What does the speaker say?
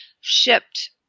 shipped